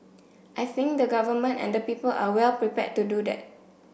I think the Government and the people are well prepared to do that